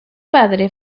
padre